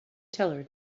teller